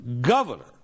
governor